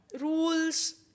Rules